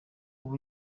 ubu